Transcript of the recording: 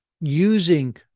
using